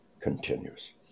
continues